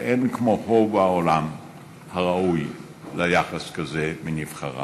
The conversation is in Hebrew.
שאין כמוהו בעולם הראוי ליחס כזה מנבחריו.